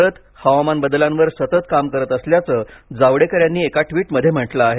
भारत हवामान बदलांवर सतत काम करत असल्याचं जावडेकर यांनी एका ट्विटमध्ये म्हटले आहे